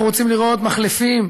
אנחנו רוצים לראות מחלפים,